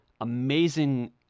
amazing